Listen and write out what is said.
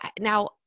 now